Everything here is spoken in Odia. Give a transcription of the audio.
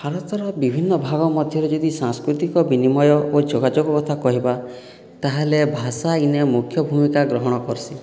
ଭାରତର ବିଭିନ୍ନ ଭାଗ ମଧ୍ୟରେ ଯଦି ସାଂସ୍କୃତିକ ବିନିମୟ ଓ ଯୋଗାଯୋଗ କଥା କହିବା ତାହେଲେ ଭାଷା ଏଇନେ ମୁଖ୍ୟ ଭୂମିକା ଗ୍ରହଣ କରସି